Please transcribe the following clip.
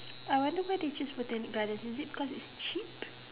I wonder why they choose Botanic gardens is it because it's cheap